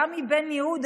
רמי בן יהודה,